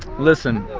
listen,